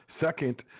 Second